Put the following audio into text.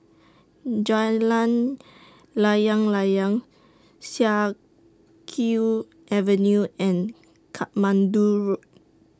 Jalan Layang Layang Siak Kew Avenue and Katmandu Road